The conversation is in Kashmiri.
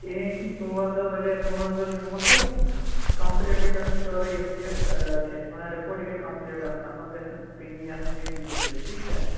کِہنۍ چھُنہ ژور دۄہ بجاے پانٛژھ دۄہ دِمو تۄہہِ کَمپٕلیٹ گَژھہِ آسُن سٲرٕے یُس یہِ کیاہ چھِ ونان رپوٹ یہِ گَژھہِ کَمپٕلیٹ آسُن اتھ منٚز گَژھِ نہٕ کٔمی آسٕنۍ بیٛیہِ کُنہِ چیٖزٕچ ٹھیٖک چھا